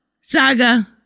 Saga